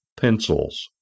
pencils